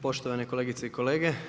Poštovane kolegice i kolege.